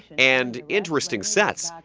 and interesting sets.